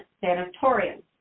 sanatorium